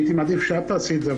הנאדי, הייתי מעדיף שאת תעשי את זה.